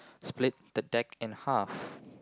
spilt the deck in half